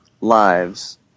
lives